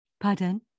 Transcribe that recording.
Pardon